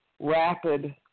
rapid